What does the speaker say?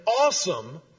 awesome